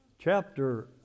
chapter